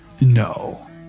no